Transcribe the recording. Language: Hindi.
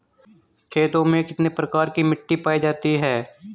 खेतों में कितने प्रकार की मिटी पायी जाती हैं?